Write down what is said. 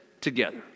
together